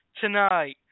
tonight